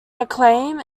acclaim